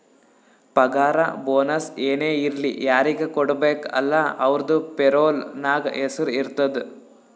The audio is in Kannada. ಪಗಾರ ಬೋನಸ್ ಏನೇ ಇರ್ಲಿ ಯಾರಿಗ ಕೊಡ್ಬೇಕ ಅಲ್ಲಾ ಅವ್ರದು ಪೇರೋಲ್ ನಾಗ್ ಹೆಸುರ್ ಇರ್ತುದ್